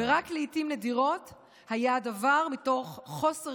" ורק לעיתים נדירות היה הדבר מתוך חוסר